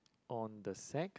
on the sac